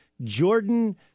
Jordan